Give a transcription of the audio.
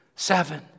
Seven